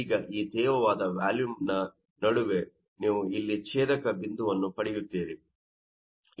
ಈಗ ಈ ತೇವವಾದ ವ್ಯಾಲುಮ್ ನ ನಡುವೆ ನೀವು ಇಲ್ಲಿ ಛೇದಕ ಬಿಂದುವನ್ನು ಪಡೆಯುತ್ತಿರುವಿರಿ